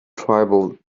tribal